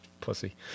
pussy